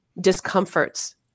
discomforts